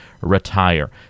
RETIRE